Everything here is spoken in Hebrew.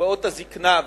קצבאות הזיקנה,